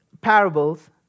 parables